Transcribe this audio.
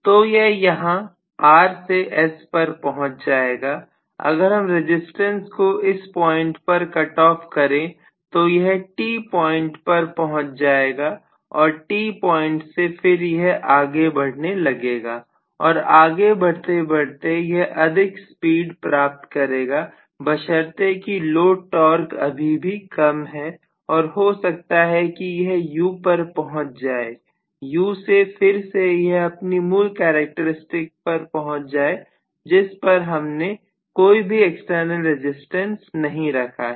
तो यह यहां R से S पर पहुंच जाएगा अगर हम रजिस्टेंस को इस पॉइंट पर कट ऑफ करें तो यह T पॉइंट पर पहुंच जाएगा और T पॉइंट से फिर यह आगे बढ़ने लगेगा और आगे बढ़ते बढ़ते यह अधिक स्पीड प्राप्त करेगा बशर्ते की लोड टॉर्क अभी भी कम है और हो सकता है कि यह U पर पहुंच जाए U से फिर से यह अपनी मूल कैरेक्टरिस्टिक पर पहुंच जाए जिस पर हमने कोई भी एक्सटर्नल रेजिस्टेंस नहीं रखा है